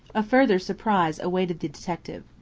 a further surprise awaited the detective.